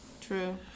True